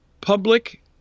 public